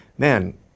man